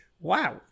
wow